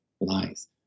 lies